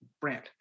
brand